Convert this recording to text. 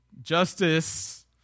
Justice